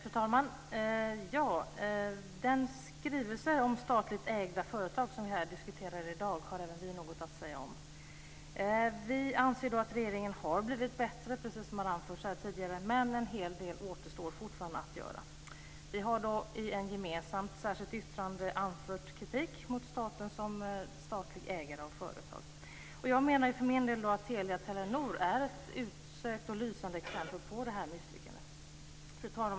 Fru talman! Den skrivelse om statligt ägda företag som vi diskuterar här i dag har även vi något att säga om. Vi anser att regeringen har blivit bättre, precis som anförts här tidigare, men en hel del återstår fortfarande att göra. Vi har i ett gemensamt särskilt yttrande framfört kritik mot staten som ägare av företag. Jag menar för min del att Telia-Telenor är ett utsökt och lysande exempel på det här misslyckandet. Fru talman!